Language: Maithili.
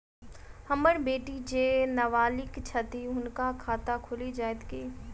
हम्मर बेटी जेँ नबालिग छथि हुनक खाता खुलि जाइत की?